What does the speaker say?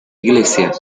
iglesia